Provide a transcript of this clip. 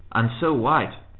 and so white,